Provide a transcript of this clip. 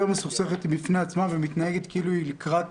מסוכסכת בפני עצמה ומתנהגת כאילו היא לקראת